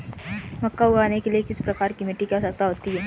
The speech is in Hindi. मक्का उगाने के लिए किस प्रकार की मिट्टी की आवश्यकता होती है?